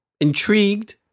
intrigued